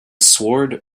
sword